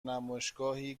نمایشگاهی